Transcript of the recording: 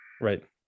right